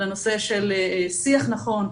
לנושא של שיח נכון,